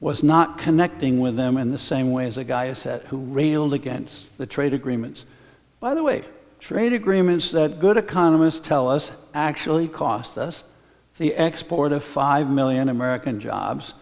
was not connecting with them in the same way as a guy i said who railed against the trade agreements by the way trade agreements that good economists tell us actually cost us the export of five million american jobs